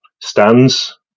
stands